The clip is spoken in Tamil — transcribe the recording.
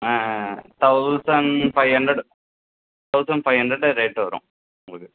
ஆ thousand five hundred thousand five hundred rate வரும் உங்களுக்கு